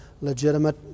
legitimate